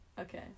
Okay